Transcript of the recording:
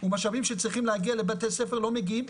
ומשאבים שצריכים להגיע לבתי ספר לא מגיעים,